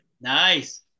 Nice